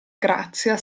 grazia